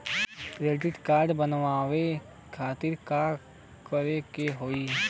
Credit card बनवावे खातिर का करे के होई?